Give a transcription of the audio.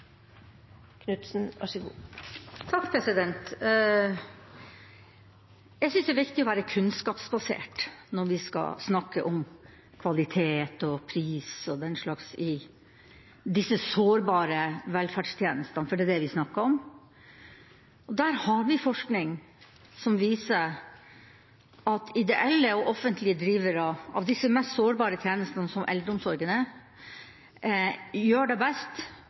viktig å være kunnskapsbasert når vi skal snakke om kvalitet og pris og den slags i disse sårbare velferdstjenestene, for det er det vi snakker om. Der har vi forskning som viser at ideelle og offentlige drivere av disse mest sårbare tjenestene, som eldreomsorgen er, gjør det best